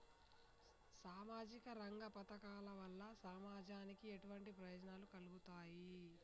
సామాజిక రంగ పథకాల వల్ల సమాజానికి ఎటువంటి ప్రయోజనాలు కలుగుతాయి?